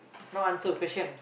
now answer question